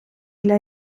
для